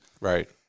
right